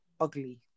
ugly